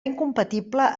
incompatible